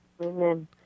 Amen